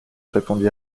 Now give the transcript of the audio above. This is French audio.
répondit